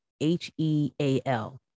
H-E-A-L